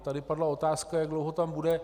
Tady padla otázka, jak dlouho tam bude.